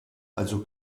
also